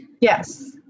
yes